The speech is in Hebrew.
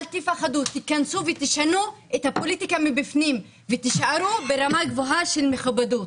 להיכנס ולשנות את הפוליטיקה מבפנים ולהישאר ברמה גבוהה של מכובדות,